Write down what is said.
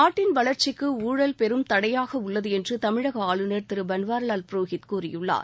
நாட்டின் வளர்ச்சிக்கு ஊழல் பெரும் தடையாக உள்ளது என்று தமிழக ஆளுநர் திரு பன்வாரிலால் புரோஹித் கூறியுள்ளார்